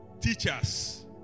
teachers